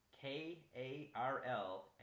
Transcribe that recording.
K-A-R-L